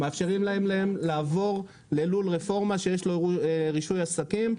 ומאפשרים להן לעבור ללול רפורמה שיש לו רישוי עסקים,